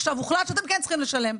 עכשיו הוחלט שאתם כן צריכים לשלם.